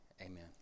amen